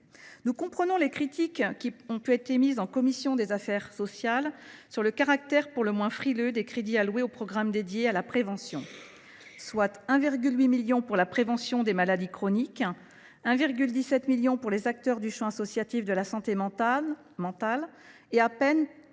Nous entendons les critiques qui ont été émises en commission des affaires sociales sur le caractère pour le moins frileux des crédits alloués au programme dédié à la prévention, à raison de 1,8 million d’euros pour la prévention des maladies chroniques, de 1,17 million d’euros pour les acteurs du champ associatif de la santé mentale et d’à peine 300 000